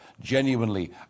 genuinely